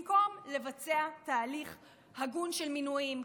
במקום לבצע תהליך הגון של מינויים,